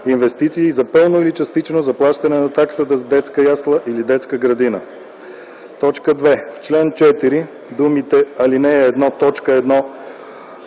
инвестиции за пълно или частично заплащане на такса за детска ясла или детска градина.” 2. В чл. 4 думите „ал. 1,